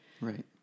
Right